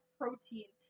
protein